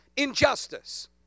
Injustice